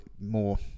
more